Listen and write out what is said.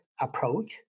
approach